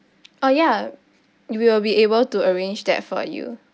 uh ya we will be able to arrange that for you